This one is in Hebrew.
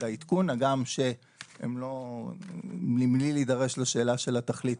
העדכון מבלי להידרש לשאלה של התכלית,